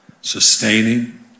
sustaining